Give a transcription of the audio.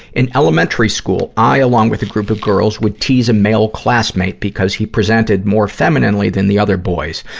in elementary school, i, along with a group of girls, would tease a male classmate because he presented more femininely than the other boys.